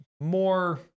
more